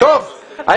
באמת, חבר הכנסת זוהר.